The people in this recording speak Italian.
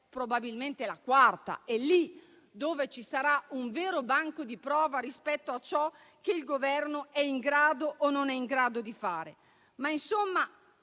probabilmente è la quarta. È lì che ci sarà un vero banco di prova rispetto a ciò che il Governo è in grado o non è in grado di fare.